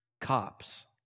cops